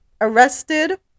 Arrested